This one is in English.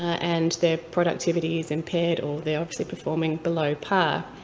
and their productivity's impaired, or they're obviously performing below par.